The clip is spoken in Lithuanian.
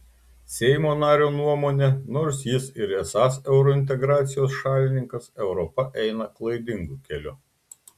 seimo nario nuomone nors jis ir esąs eurointegracijos šalininkas europa eina klaidingu keliu